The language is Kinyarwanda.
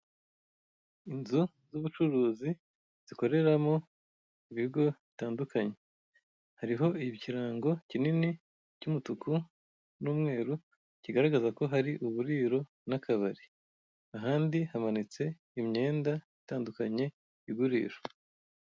inzu y'ubucuruzi zikoreramo ibigo bitandukanye hariho ikirango kinini cy'umutuku n'umweru kigaragaza ko hari uburiro n'akabari ahandi habonetse imyenda itandukanye igurishwa